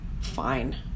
Fine